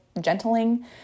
gentling